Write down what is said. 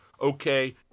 okay